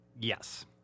yes